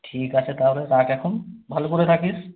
ঠিক আছে তাহলে রাখ এখন ভালো করে রাখিস